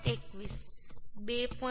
21 2